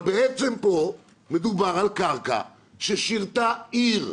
אבל בעצם פה מדובר על קרקע ששירתה עיר,